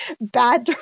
bad